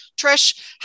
Trish